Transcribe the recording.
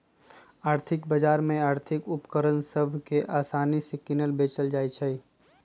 आर्थिक बजार में आर्थिक उपकरण सभ के असानि से किनल बेचल जाइ छइ